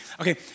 Okay